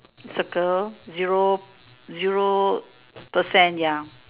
circle zero zero percent ya